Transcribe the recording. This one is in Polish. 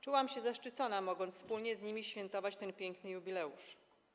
Czułam się zaszczycona, mogąc wspólnie z nimi świętować ten piękny jubileusz.